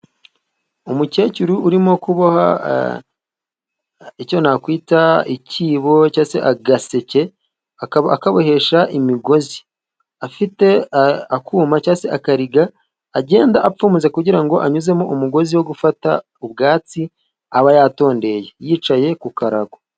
Umukecuru urimo kuboha icyo nakwita ikibo cyangwa se agaseke， akabohesha imigozi. Afite akuma cyangwa se akariga，agenda apfumura kugira ngo anyuzemo umugozi wo gufata ubwatsi aba yatondeye, yicaye ku karago.